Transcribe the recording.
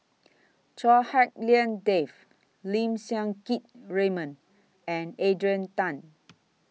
Chua Hak Lien Dave Lim Siang Keat Raymond and Adrian Tan